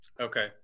Okay